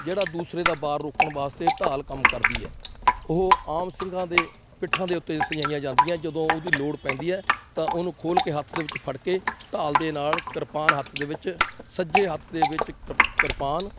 ਜਿਹੜਾ ਦੂਸਰੇ ਦਾ ਵਾਰ ਰੋਕਣ ਵਾਸਤੇ ਢਾਲ ਕੰਮ ਕਰਦੀ ਹੈ ਉਹ ਆਮ ਸਿੰਘਾਂ ਦੇ ਪਿੱਠਾਂ ਦੇ ਉੱਤੇ ਸਜਾਈਆਂ ਜਾਂਦੀਆਂ ਜਦੋਂ ਉਹਦੀ ਲੋੜ ਪੈਂਦੀ ਹੈ ਤਾਂ ਉਹਨੂੰ ਖੋਲ੍ਹ ਕੇ ਹੱਥ ਦੇ ਵਿੱਚ ਫੜ ਕੇ ਤਾਲ ਦੇ ਨਾਲ ਕਿਰਪਾਨ ਹੱਥ ਦੇ ਵਿੱਚ ਸੱਜੇ ਹੱਥ ਦੇ ਵਿੱਚ ਕਿਰ ਕਿਰਪਾਨ